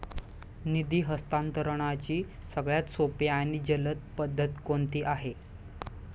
निधी हस्तांतरणाची सगळ्यात सोपी आणि जलद पद्धत कोणती आहे?